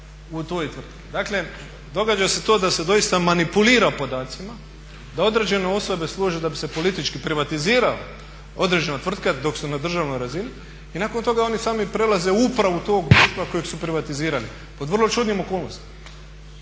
u toj tvrtki. Dakle događa se to da se doista manipulira podacima, da određene osobe služe da bi se politički privatizirala određene tvrtka dok su na državnoj razini i nakon toga oni sami prelaze u upravu tog društva kojeg su privatizirali pod vrlo čudnim okolnostima.